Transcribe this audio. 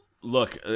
look